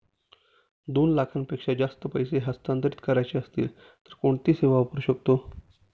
दोन लाखांपेक्षा जास्त पैसे हस्तांतरित करायचे असतील तर कोणती सेवा वापरू शकतो?